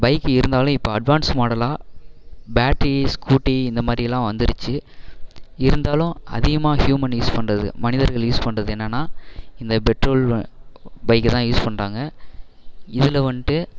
bike இருந்தாலும் இப்போ advance மாடலாக பேட்ரி ஸ்கூட்டி இந்த மாதிரிலாம் வந்துருச்சு இருந்தாலும் அதிகமாக ஹியூமன் யூஸ் பண்ணுறது மனிதர்கள் யூஸ் பண்ணுறது என்னென்னால் இந்த பெட்ரோல் பைக்கை தான் யூஸ் பண்ணுறாங்க இதில் வந்துட்டு